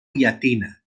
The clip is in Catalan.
llatina